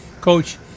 Coach